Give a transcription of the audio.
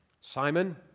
Simon